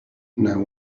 now